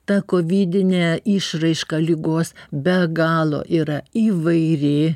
ta kovidinė išraiška ligos be galo yra įvairi